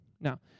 Now